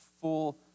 full